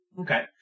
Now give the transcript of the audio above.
Okay